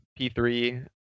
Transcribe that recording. p3